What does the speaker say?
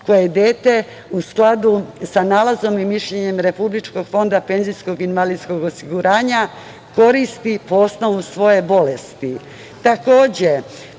koje dete, u skladu sa nalazom i mišljenjem Republičkog fonda penzijskog i invalidskog osiguranja, koristi po osnovu svoje bolesti. Prvi